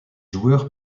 joueurs